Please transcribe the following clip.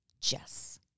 Jess